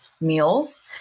meals